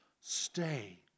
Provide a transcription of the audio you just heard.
Stay